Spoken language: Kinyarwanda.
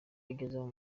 wagezeho